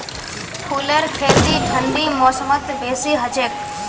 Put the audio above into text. फूलेर खेती ठंडी मौसमत बेसी हछेक